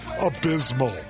abysmal